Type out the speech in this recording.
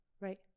right